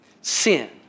Sin